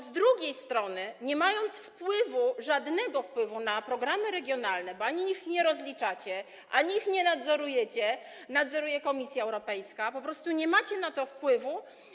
Z drugiej strony, nie mając żadnego wpływu na programy regionalne, bo ani ich nie rozliczacie, ani ich nie nadzorujecie, bo nadzoruje je Komisja Europejska, po prostu nie mając na to wpływu.